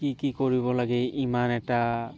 কি কি কৰিব লাগে ইমান এটা